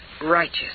righteous